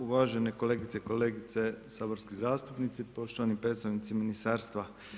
Uvaženi kolege i kolegice saborski zastupnici, poštovani predstavnici Ministarstva.